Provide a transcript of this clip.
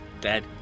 dead